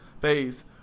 phase